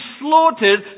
slaughtered